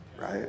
right